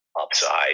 upside